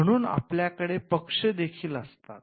म्हणून आपल्याकडे पक्ष देखील असतात